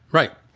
right.